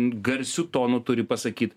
garsiu tonu turi pasakyt